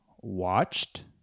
watched